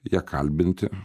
ją kalbinti